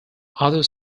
other